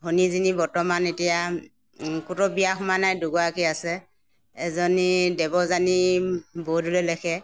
ভনীজনী বৰ্তমান এতিয়া ক'তো বিয়া সোমোৱা নাই দুগৰাকী আছে এজনী দেৱযানী বৰদলৈ লিখে